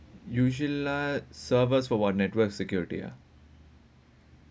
usually lah servers for one network security ah